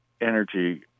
energy